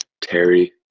Terry